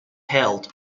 held